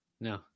No